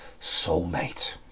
soulmate